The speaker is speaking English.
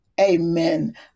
amen